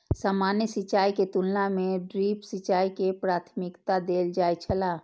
सामान्य सिंचाई के तुलना में ड्रिप सिंचाई के प्राथमिकता देल जाय छला